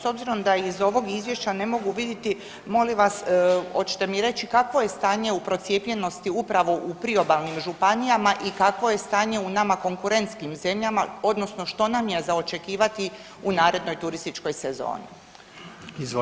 S obzirom da iz ovog Izvješća ne mogu vidjeti, molim vas, hoćete mi reći kakvo je stanje u procijepljenosti upravo u priobalnim županijama i kakvo je stanje u nama konkurentskim zemljama, odnosno što nam je za očekivati u narednoj turističkoj sezoni?